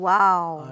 Wow